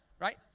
Right